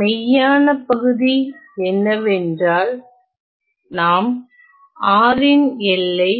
மெய்யான பகுதி என்னவென்றால் நாம் R ன் எல்லை